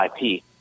IP